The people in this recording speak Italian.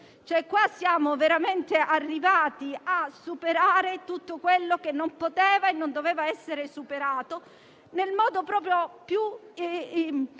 marzo. Siamo veramente arrivati a superare tutto quello che non poteva e non doveva essere superato, nel modo più